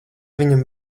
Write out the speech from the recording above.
viņam